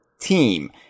team